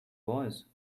was